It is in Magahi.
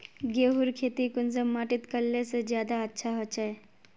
गेहूँर खेती कुंसम माटित करले से ज्यादा अच्छा हाचे?